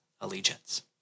allegiance